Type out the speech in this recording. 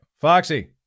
Foxy